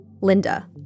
Linda